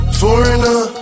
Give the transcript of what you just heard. foreigner